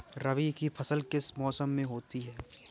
रबी की फसल किस मौसम में होती है?